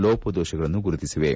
ಲೋಪದೋಷಗಳನ್ನು ಗುರುತಿಸಿವೆ